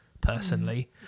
personally